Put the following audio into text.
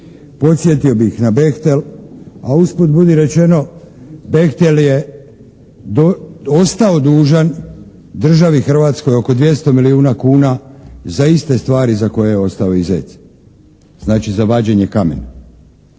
Podsjetio bih na "Bechtel", a usput budi rečeno "Bechtel" je ostao dužan državi Hrvatskoj oko 200 milijuna kuna za iste stvari za koje je ostao i Zec. Znači za vađenje kamena.